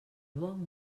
bon